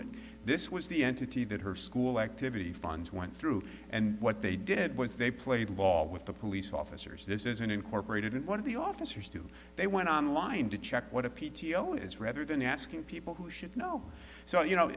and this was the entity that her school activity funds went through and what they did was they played ball with the police officers this is an incorporated one of the officers do they went online to check what a p t o is rather than asking people who should know so you know